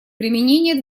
применения